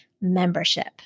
membership